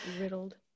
riddled